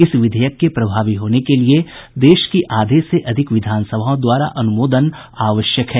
इस विधेयक के प्रभावी होने के लिए देश की आधे से अधिक विधानसभाओं द्वारा अनुमोदन आवश्यक है